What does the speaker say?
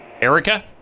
Erica